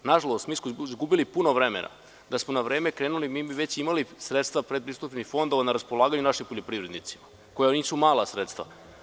Nažalost, mi smo izgubili puno vremena, a da smo na vreme krenuli, mi bi već imali sredstva pred pristupnim fondom na raspolaganju našim poljoprivrednicima koja nisu mala sredstva.